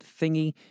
thingy